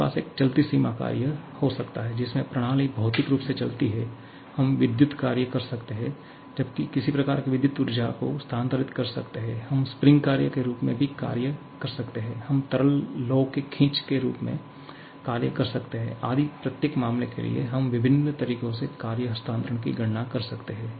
हमारे पास एक चलती सीमा कार्य हो सकता है जिसमें प्रणाली की सीमा भौतिक रूप से चलती है हम विद्युत कार्य कर सकते हैं जबकि किसी प्रकार की विद्युत ऊर्जा electrical एनेर्ग्य को स्थानांतरित कर सकते हैं हम स्प्रिंग कार्य के रूप में भी कार्य कर सकते हैं हम तरल लौ के खींच के रूप में कार्य कर सकते हैंआदि प्रत्येक मामले के लिए हम विभिन्न तरीकों से कार्य हस्तांतरण की गणना कर सकते हैं